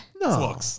No